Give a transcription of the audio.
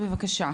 בבקשה.